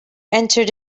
entered